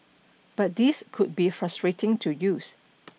but these could be frustrating to use